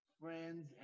friends